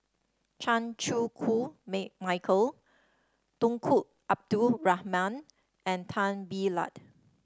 Chan Chew Koon Make Michael Tunku Abdul Rahman and Tan Bee Liat